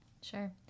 Sure